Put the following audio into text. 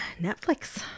Netflix